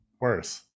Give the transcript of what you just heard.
worse